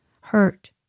hurt